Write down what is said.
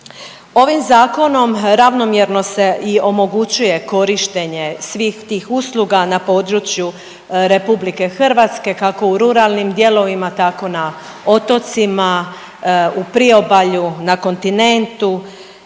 Ovim zakonom ravnomjerno se i omogućuje korištenje svih tih usluga na području RH kako u ruralnim dijelovima tako na otocima, u priobalju, na kontinentu